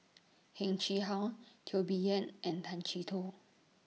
Heng Chee How Teo Bee Yen and Tay Chee Toh